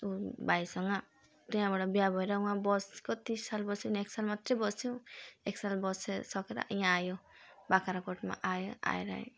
ऊ भाइसँग त्यहाँबाट बिहा भएर उहाँ बस् कति साल बस्यो एक साल मात्रै बस्यो एक साल बसेर सकेर यहाँ आयो बाख्राकोटमा आयो आएर